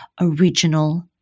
original